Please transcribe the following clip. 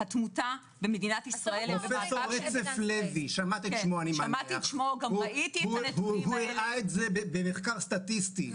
פרופ' רצף לוי שמעת את שמו אני מניח הוא הראה את זה במחקר סטטיסטי,